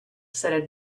said